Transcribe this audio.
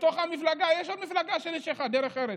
בתוך המפלגה יש עוד מפלגה של איש אחד, דרך ארץ.